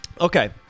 Okay